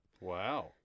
Wow